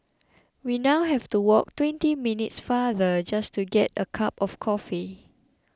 we now have to walk twenty minutes farther just to get a cup of coffee